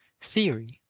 theory,